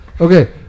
Okay